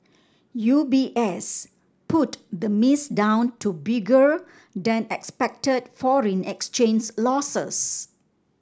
U B S put the miss down to bigger than expected foreign exchange losses